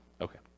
Okay